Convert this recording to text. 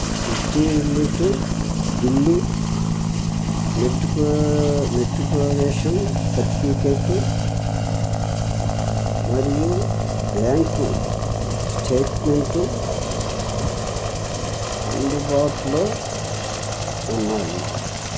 utility bill matriculation certificate మరియు bank statement అందుబాటులో ఉన్నాయి